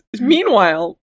Meanwhile